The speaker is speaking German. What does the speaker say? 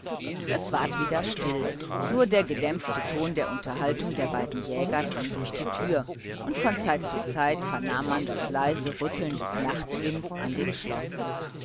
es ward wieder still nur der gedämpfte ton der unterhaltung der beiden jäger drang durch die tür und von zeit zu zeit vernahm man das leise rütteln des nachtwinds an dem schloß